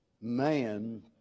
Man